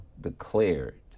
declared